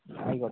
ആയിക്കോട്ടെ